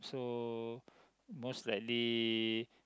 so most likely